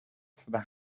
for